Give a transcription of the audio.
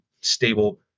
stable